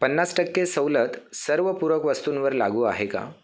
पन्नास टक्के सवलत सर्व पूरक वस्तूंवर लागू आहे का